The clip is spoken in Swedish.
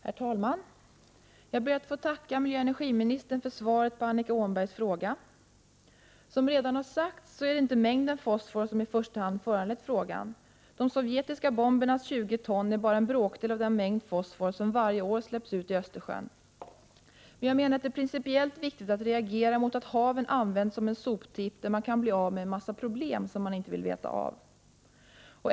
Herr talman! Jag ber att få tacka miljöoch energiministern för svaret på Annika Åhnbergs fråga. Som redan sagts är det inte mängden fosfor som i första hand föranlett frågan. De sovjetiska bombernas 20 ton fosfor är bara en bråkdel av den mängd fosfor som varje år släpps ut i Östersjön. Men jag menar att det är principiellt viktigt att reagera mot att haven används som en soptipp, där man kan bli av med en mängd problem som man inte vill veta av.